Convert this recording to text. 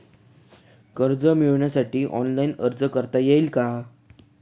कर्ज मिळविण्यासाठी ऑनलाइन अर्ज करता येईल का?